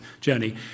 journey